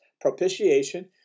propitiation